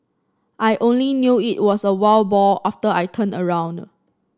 I only knew it was a wild boar after I turned around